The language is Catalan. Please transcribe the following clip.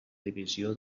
divisió